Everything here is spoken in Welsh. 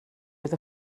oedd